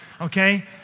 okay